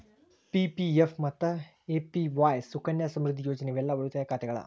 PPF ಮತ್ತ APY Sukanya Samriddhi Yojana ಇವೆಲ್ಲಾ ಉಳಿತಾಯ ಖಾತೆಗಳ